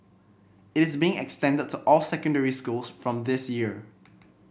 it is being extended to all secondary schools from this year